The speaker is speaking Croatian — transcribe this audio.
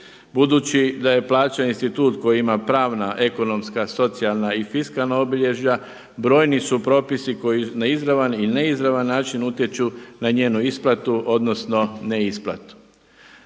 Budući da je plaćen institut koji ima pravna, ekonomska, socijalna i fiskalna obilježja, brojni su propisi koji na izravan i neizravan način utječu na njenu isplatu odnosno ne isplatu.